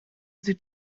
sie